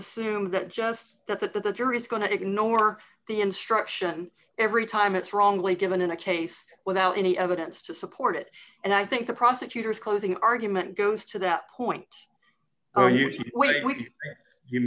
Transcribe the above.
assume that just that that the jury is going to ignore the instruction every time it's wrongly given in a case without any evidence to support it and i think the prosecutor is closing argument goes to that point oh y